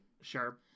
Sure